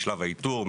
משלב האיתור,